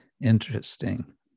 Interesting